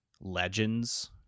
legends